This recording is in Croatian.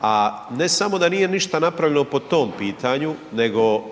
a ne samo da nije ništa napravljeno po tom pitanju nego